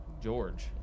George